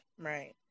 Right